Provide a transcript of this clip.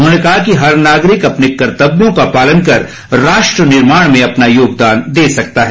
उन्होंने कहा कि हर नागरिक अपने कर्तव्यों का पालन कर राष्ट्र निर्माण में अपना योगदान दे सकता है